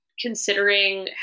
considering